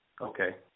Okay